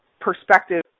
perspective